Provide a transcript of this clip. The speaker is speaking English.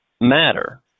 matter